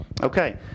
Okay